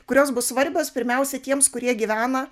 kurios bus svarbios pirmiausia tiems kurie gyvena